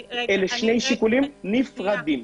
אלו שני שיקולים נפרדים.